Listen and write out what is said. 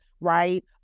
right